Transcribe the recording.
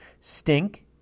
Stink